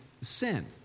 sin